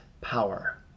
power